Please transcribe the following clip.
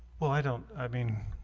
well i don't i mean